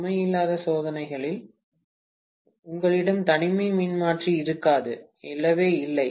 சுமை இல்லாத சோதனைகளில் உங்களிடம் தனிமை மின்மாற்றி இருக்காது இல்லவே இல்லை